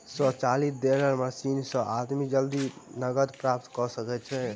स्वचालित teller machine से आदमी जल्दी नकद प्राप्त कय सकैत अछि